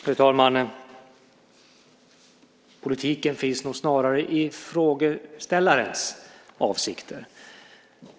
Fru talman! Politiken finns nog snarare i frågeställarens avsikter.